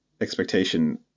expectation